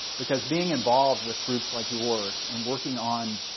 because being involved with groups like yours, and working on